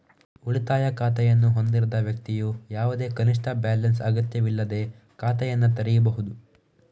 ಉಳಿತಾಯ ಖಾತೆಯನ್ನು ಹೊಂದಿರದ ವ್ಯಕ್ತಿಯು ಯಾವುದೇ ಕನಿಷ್ಠ ಬ್ಯಾಲೆನ್ಸ್ ಅಗತ್ಯವಿಲ್ಲದೇ ಖಾತೆಯನ್ನು ತೆರೆಯಬಹುದು